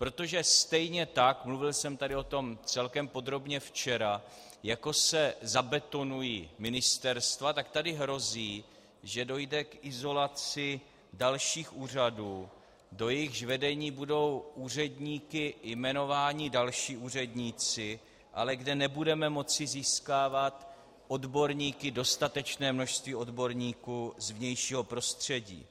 Protože stejně tak, mluvil jsem o tom celkem podrobně včera, jako se zabetonují ministerstva, tak tady hrozí, že dojde k izolaci dalších úřadů, do jejichž vedení budou úředníky jmenováni další úředníci, ale kde nebudeme moci získávat odborníky, dostatečné množství odborníků z vnějšího prostředí.